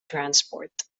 transport